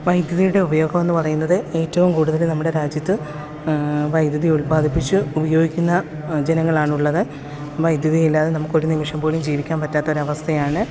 വൈദ്യുതിയുടെ ഉപയോഗമെന്ന് പറയുന്നത് ഏറ്റവും കൂടുതൽ നമ്മുടെ രാജ്യത്ത് വൈദ്യുതി ഉൽപാദിപ്പിച്ച് ഉപയോഗിക്കുന്ന ജനങ്ങളാണുള്ളത് വൈദ്യുതിയി ഇല്ലാതെ നമുക്ക് ഒരു നിമിഷം പോലും ജീവിക്കാൻ പറ്റാത്ത ഒരു അസ്ഥയാണ്